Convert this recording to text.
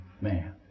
man